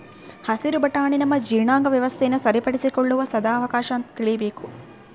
ಹಸಿರು ಬಟಾಣಿ ನಮ್ಮ ಜೀರ್ಣಾಂಗ ವ್ಯವಸ್ಥೆನ ಸರಿಪಡಿಸಿಕೊಳ್ಳುವ ಸದಾವಕಾಶ ಅಂತ ತಿಳೀಬೇಕು